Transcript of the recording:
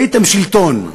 הייתם שלטון,